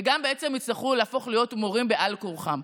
וגם בעצם יצטרכו להפוך להיות מורים בעל כורחם.